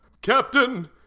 Captain